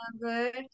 good